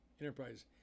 Enterprise